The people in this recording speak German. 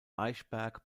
eichberg